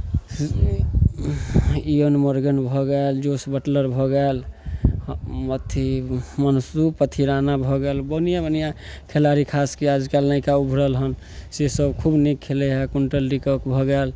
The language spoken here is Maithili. मॉर्गन भऽ गेल जोस बटलर भऽ गेल अथी मंसूर पथिराना भऽ गेल बढ़िआँ बढ़िआँ खेलाड़ी खास कऽ आजकल नइका उभरल हन सेसभ खूब नीक खेलैए डीकॉक भऽ गेल